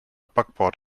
backbord